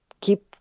keep